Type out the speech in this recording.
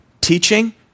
teaching